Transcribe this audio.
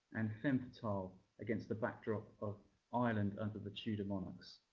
and femme fatale against the backdrop of ireland under the tudor monarchs,